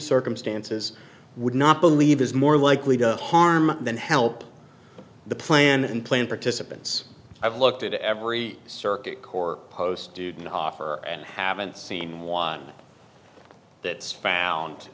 circumstances would not believe is more likely to harm than help the plan and plan participants i've looked at every circuit court posted an offer and haven't seen one that's found